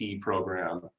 program